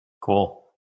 Cool